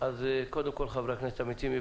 אם כן, קודם כל חברי הכנסת המציעים.